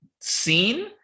seen